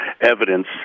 evidence